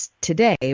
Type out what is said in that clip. today